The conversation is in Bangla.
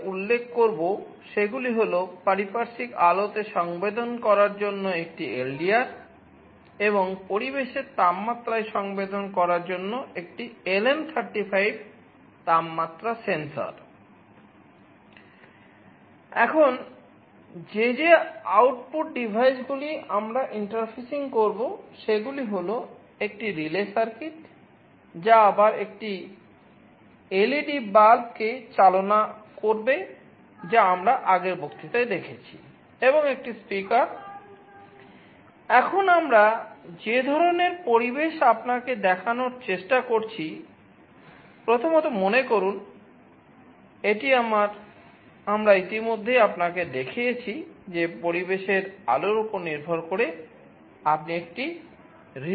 এখন যে যে আউটপুট ডিভাইসগুলি আমরা ইন্টারফেসিং করতে পারবেন